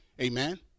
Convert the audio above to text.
Amen